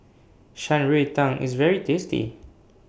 Shan Rui Tang IS very tasty